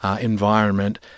environment